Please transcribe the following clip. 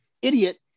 Idiot